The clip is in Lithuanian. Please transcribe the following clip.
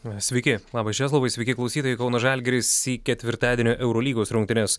sveiki labas česlovai sveiki klausytojai kauno žalgiris į ketvirtadienio eurolygos rungtynes